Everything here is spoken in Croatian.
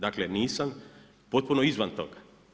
Dakle, nisam potpuno izvan toga.